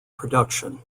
production